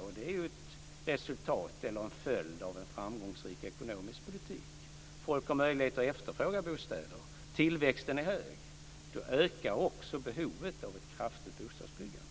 Och det är ju en följd av en framgångsrik ekonomisk politik. Folk har möjlighet att efterfråga bostäder. Tillväxten är hög. Då ökar också behovet av ett kraftigt bostadsbyggande.